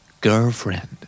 Girlfriend